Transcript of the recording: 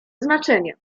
znaczenie